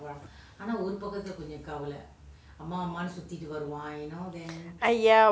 !aiya!